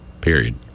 period